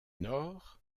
nord